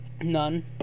None